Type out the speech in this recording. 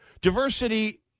Diversity